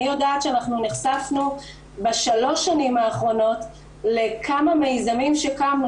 אני יודעת שאנחנו נחשפנו בשלוש שנים האחרונות לכמה מיזמים שקמו,